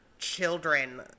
children